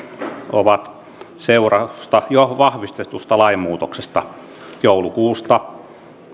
ovat seurausta jo vahvistetusta lainmuutoksesta joulukuusta